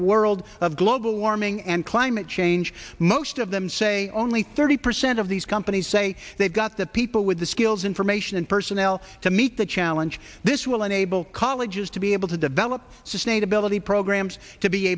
world of global warming and climate change most of them say only thirty percent of these companies say they've got the people with the skills information and personnel to meet the challenge this will enable colleges to be able to develop sustainability programs to be